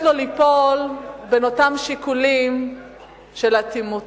לו ליפול בין אותם שיקולים של אטימות.